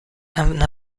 and